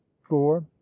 four